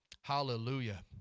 Hallelujah